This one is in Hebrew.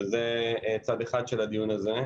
שזה צד אחד של הדיון הזה,